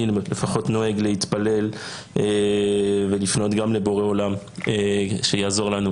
אני לפחות נוהג להתפלל ולפנות גם לבורא עולם שיעזור לנו,